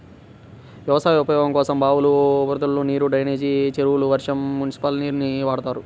వ్యవసాయ ఉపయోగం కోసం బావులు, ఉపరితల నీరు, డ్రైనేజీ చెరువులు, వర్షం, మునిసిపల్ నీరుని వాడతారు